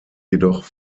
jedoch